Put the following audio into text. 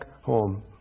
home